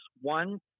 One